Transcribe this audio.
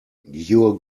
your